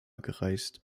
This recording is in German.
gereist